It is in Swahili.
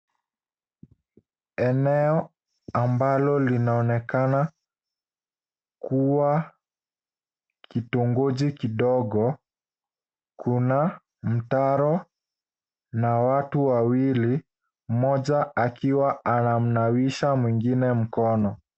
Eneo ambalo linaonekana kuwa kitongoji kidogo, kuna mtaro na watu wawili, mmoja akiwa anamnawisha mgine mkono.